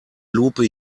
lupe